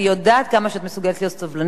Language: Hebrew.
אני יודעת כמה שאת מסוגלת להיות סובלנית,